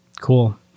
Cool